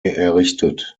errichtet